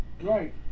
Right